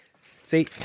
See